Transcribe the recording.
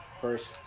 First